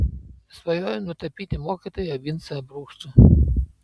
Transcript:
svajoju nutapyti mokytoją vincą brukštų